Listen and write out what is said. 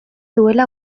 duela